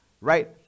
Right